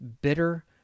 bitter